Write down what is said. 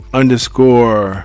underscore